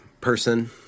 person